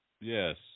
Yes